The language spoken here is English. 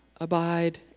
abide